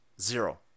zero